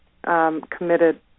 committed